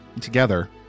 together